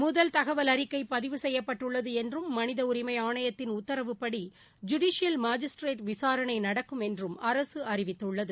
முதல் தகவலறிக்கை பதிவு செய்யப்பட்டுள்ளது என்றும் மளித உரிமை ஆணையத்தின் உத்தரவுப்படி ஜுடிஷியல் மாஜிஸ்திரேட் விசாரணை நடக்கும் என்றும் அரசு அறிவித்துள்ளது